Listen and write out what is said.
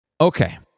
Okay